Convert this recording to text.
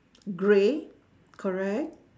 grey correct